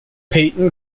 peyton